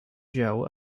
joe